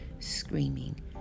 screaming